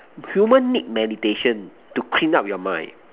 human need meditation to clean up your mind